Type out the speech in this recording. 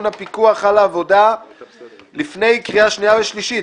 הפיקוח על העבודה לפני הקריאה השנייה והשלישית.